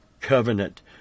covenant